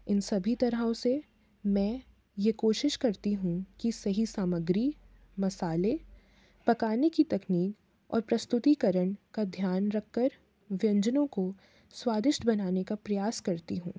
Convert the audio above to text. इन सभी तरहों से मैं ये कोशिश करती हूँ कि सही सामग्री मसाले पकाने की तकनीक और प्रस्तुतिकरण का ध्यान रखकर व्यंजनों को स्वादिष्ट बनाने का प्रयास करती हूँ